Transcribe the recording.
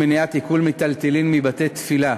מניעת עיקול מיטלטלין מבתי-תפילה).